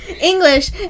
English